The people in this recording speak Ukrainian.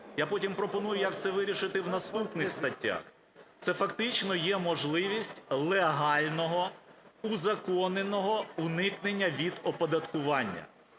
я потім пропоную, як це вирішити в наступних статтях, – це фактично є можливість легального узаконеного уникнення від оподаткування.